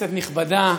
כנסת נכבדה,